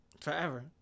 forever